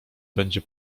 będzie